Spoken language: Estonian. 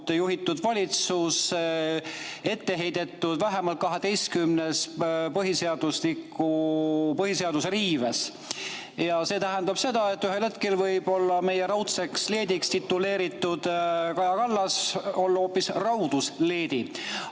juhitud valitsusele ette heidetud vähemalt 12 põhiseaduse riivet. Ja see tähendab seda, et ühel hetkel võib meie raudseks leediks tituleeritud Kaja Kallas olla hoopis raudus leedi.